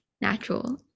natural